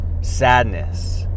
sadness